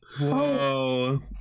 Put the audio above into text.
Whoa